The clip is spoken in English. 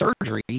surgery